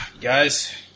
Guys